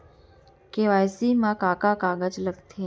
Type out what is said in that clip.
KYC मा का का कागज लगथे?